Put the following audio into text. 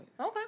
Okay